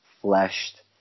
fleshed